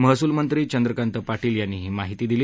महसूलमंत्री चंद्रकांत पाटील यांनी ही माहिती दिली